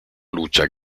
lucha